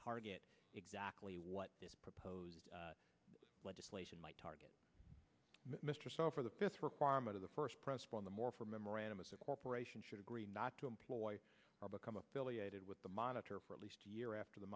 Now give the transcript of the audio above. target exactly what this proposed legislation might target mr self or the fifth requirement of the first principle in the more for memorandum is a corporation should agree not to employ or become affiliated with the monitor for at least a year after the